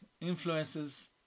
influences